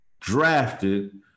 drafted